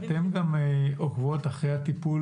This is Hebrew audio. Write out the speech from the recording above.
שנכון --- אתן גם עוקבות אחרי הטיפול